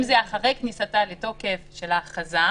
אם הם יחזרו אחרי כניסתה לתוקף של ההכרזה,